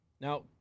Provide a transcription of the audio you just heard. Now